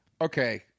Okay